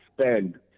spend